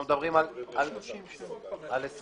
אנחנו מדברים על --- 24 שנה.